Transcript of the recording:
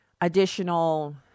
additional